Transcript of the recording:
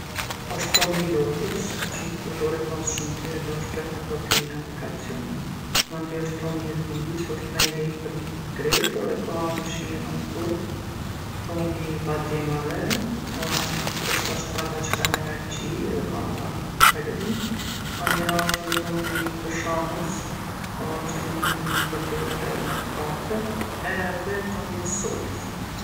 Osht tomli lopës qi përdoret mas shumti edhe osht plot me proteina dhe kalcium. Mandej osht tomli i dhisë osht ma i lehtë për mu tretë edhe ka ni shije ma t'fortë. Tomli i bademave osht i përshtatshëm për ata që kanë alergji edhe ka ma pak kalori. Mandena osht edhe tomli i tërshanës, osht i mirë për me përdorë edhe n'kafe. Edhe tomli i sojës.